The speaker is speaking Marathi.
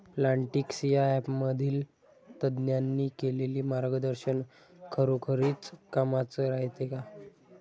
प्लॉन्टीक्स या ॲपमधील तज्ज्ञांनी केलेली मार्गदर्शन खरोखरीच कामाचं रायते का?